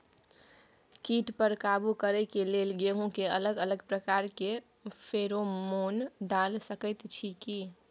कीट पर काबू करे के लेल गेहूं के अलग अलग प्रकार के फेरोमोन डाल सकेत छी की?